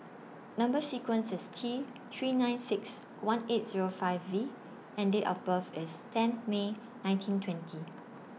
Number sequence IS T three nine six one eight Zero five V and Date of birth IS tenth May nineteen twenty